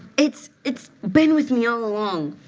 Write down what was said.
it's it's been with me all along.